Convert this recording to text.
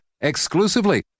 exclusively